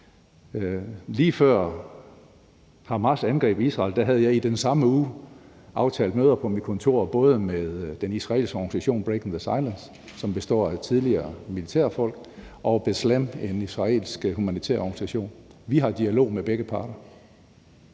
Lige før Hamas angreb Israel, havde jeg i den samme uge aftalt møder på mit kontor både med den israelske organisation Breaking the Silence, som består af tidligere militærfolk, og B'Tselem, en israelsk humanitær organisation. Vi har dialog med begge parter.